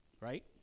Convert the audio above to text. right